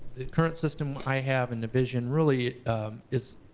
the current system i have in navision, really is,